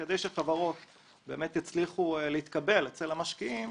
כדי שחברות יצליחו להתקבל אצל המשקיעים הם